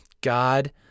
God